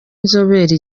inzobere